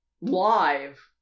live